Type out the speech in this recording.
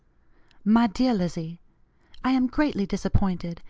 my dear lizzie i am greatly disappointed,